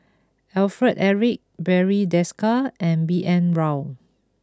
Alfred Eric Barry Desker and B N Rao